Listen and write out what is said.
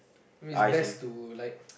I mean it's best to like